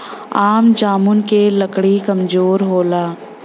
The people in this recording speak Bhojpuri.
आम जामुन क लकड़ी कमजोर होला